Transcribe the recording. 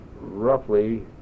roughly